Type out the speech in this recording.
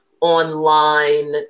online